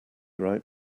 right